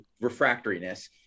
refractoriness